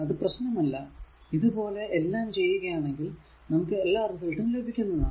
അത് പ്രശ്നമല്ല ഇത് പോലെ എല്ലാം ചെയ്യുകയാണേൽ നമുക്ക് എല്ലാ റിസൾട്ടും ലഭിക്കുന്നതാണ്